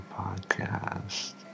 podcast